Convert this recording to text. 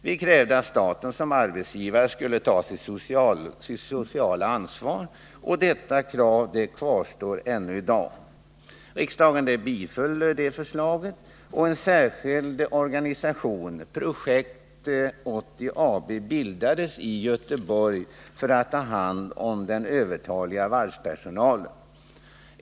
Vi krävde att staten som arbetsgivare skulle ta sitt sociala ansvar, och detta Nr 164 krav kvarstår ännu i dag. Riksdagens majoritet biföll det förslaget. En särskild organisation, Projekt 80 AB, bildades i Göteborg för att ta hand om den övertaliga varvspersonalen.